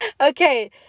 Okay